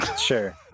Sure